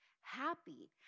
happy